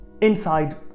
inside